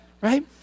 Right